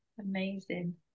Amazing